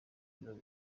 ibiro